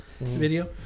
video